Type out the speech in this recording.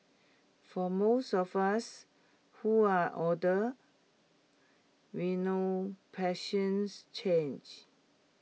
for most of us who are older we know passions change